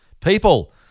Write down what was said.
people